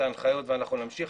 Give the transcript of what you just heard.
את ההנחיות ואנחנו נמשיך.